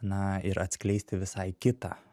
na ir atskleisti visai kitą